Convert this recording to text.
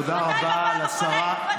תודה רבה לשרה.